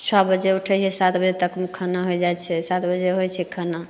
छओ बजे उठय हियै सात बजे तकमे खाना होइ जाइ छै सात बजे होइ छै खाना